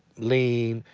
lean,